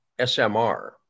SMR